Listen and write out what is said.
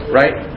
right